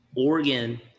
Oregon